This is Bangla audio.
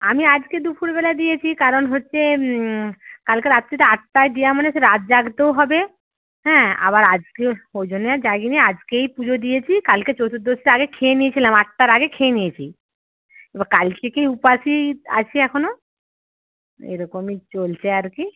আমি আজকে দুপুরবেলা দিয়েছি কারণ হচ্ছে কালকে রাত্রিতে আটটায় দিয়া মানে সে রাত জাগতেও হবে হ্যাঁ আবার আজকে ওই জন্যে আর যাইনি আজকেই পুজো দিয়েছি কালকে চতুর্দশীর আগে খেয়ে নিয়েছিলাম আটটার আগে খেয়ে নিয়েছি এবার কালকে কি উপাসী আছি এখনও এরকমই চলছে আর কি